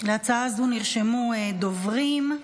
להצעה זו נרשמו דוברים,